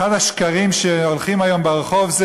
אחד השקרים שהולכים היום ברחוב זה